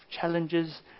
challenges